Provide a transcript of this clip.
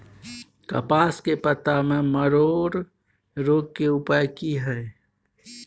कपास के पत्ता में मरोड़ रोग के उपाय की हय?